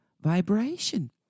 vibration